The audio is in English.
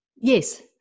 Yes